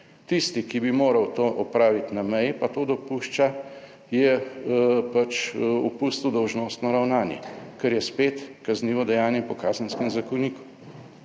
Tisti, ki bi moral to opraviti na meji pa to dopušča, je pač opustil dolžnostno ravnanje, kar je spet kaznivo dejanje po kazenskem zakoniku.